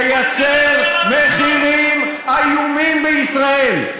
תייצר מחירים איומים בישראל.